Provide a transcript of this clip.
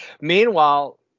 Meanwhile